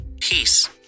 peace